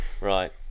Right